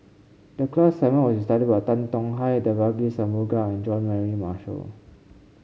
the class assignment was to study about Tan Tong Hye Devagi Sanmugam and Jean Mary Marshall